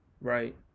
right